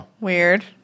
Weird